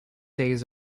days